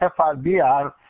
FRBR